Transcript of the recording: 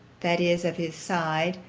that is of his side,